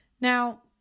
Now